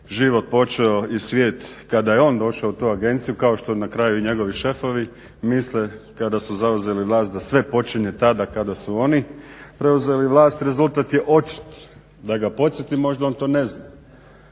život počeo i svijet kada je on došao u tu agenciju kao što na kraju i njegovi šefovi misle kada su zauzeli vlast da sve počinje tada kada su oni preuzeli vlast rezultat je očit. Da ga podsjetim, možda on to ne zna.